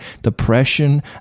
depression